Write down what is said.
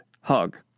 Hug